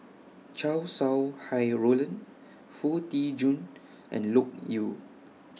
Chow Sau Hai Roland Foo Tee Jun and Loke Yew